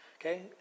okay